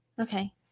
Okay